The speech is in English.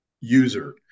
user